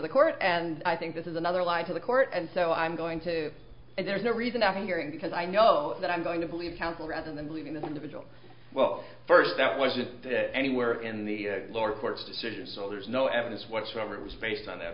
the court and i think this is another lie to the court and so i'm going to and there's no reason after hearing because i know that i'm going to believe counsel rather than leaving this individual well first that wasn't anywhere in the lower court's decision so there's no evidence whatsoever it was based on that